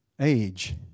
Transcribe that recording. age